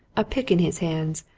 a pick in his hands,